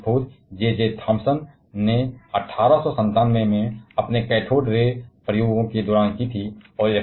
electron की खोज J J Thomson ने 1897 में अपने कैथोड रे प्रयोगों के दौरान की थी